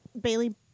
Bailey